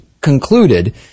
concluded